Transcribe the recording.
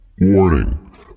Warning